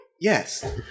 Yes